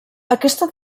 aquesta